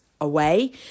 away